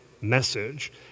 message